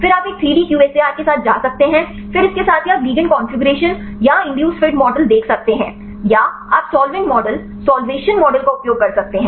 फिर आप एक 3 डी QSAR के साथ जा सकते हैं फिर इसके साथ ही आप लिगेंड कॉन्फ़िगरेशन या ईंदुसेड फिट मॉडल देख सकते हैं या आप सॉल्वेंट मॉडल सॉल्वेशन मॉडल का उपयोग कर सकते हैं